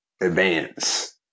advance